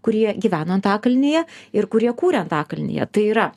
kurie gyveno antakalnyje ir kurie kūrė antakalnyje tai yra